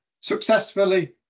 successfully